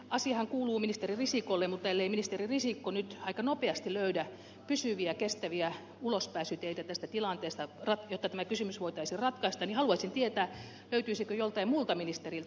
asiahan kuuluu ministeri risikolle mutta ellei ministeri risikko nyt aika nopeasti löydä pysyviä kestäviä ulospääsyteitä tästä tilanteesta jotta tämä kysymys voitaisiin ratkaista niin haluaisin tietää löytyisikö joltain muulta ministeriltä ulospääsytietä